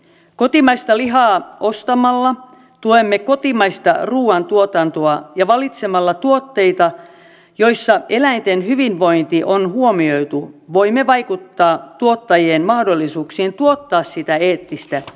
kotimaista lihaa ostamalla tuemme kotimaista ruuantuotantoa ja valitsemalla tuotteita joissa eläinten hyvinvointi on huomioitu voimme vaikuttaa tuottajien mahdollisuuksiin tuottaa sitä eettistä tuotetta